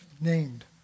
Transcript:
named